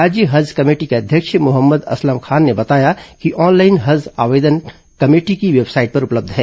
राज्य हज कमेटी के अध्यक्ष मोहम्मद असलम खान ने बताया कि ऑनलाइन हज आवेदन कमेटी की वेबसाइट पर उपलब्ध है